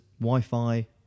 Wi-Fi